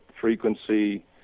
frequency